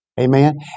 Amen